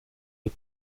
les